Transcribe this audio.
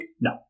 No